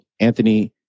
Anthony